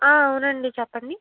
అవునండి చెప్పండి